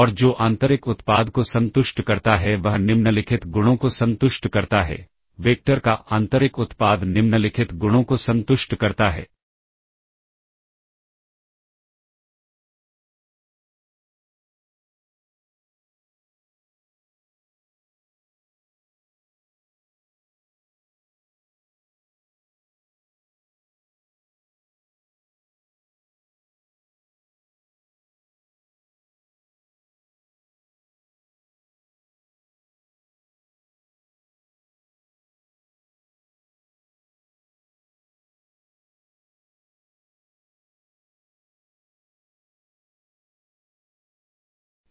और जो आंतरिक उत्पाद को संतुष्ट करता है वह निम्नलिखित गुणों को संतुष्ट करता है वेक्टर का आंतरिक उत्पाद निम्नलिखित गुणों को संतुष्ट करता है